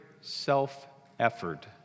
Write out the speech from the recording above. self-effort